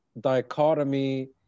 dichotomy